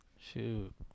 shoot